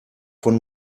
von